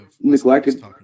neglected